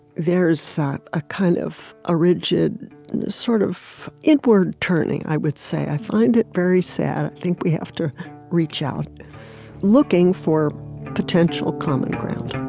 there's a ah kind of ah rigid sort of inward-turning, i would say. i find it very sad. i think we have to reach out looking for potential common ground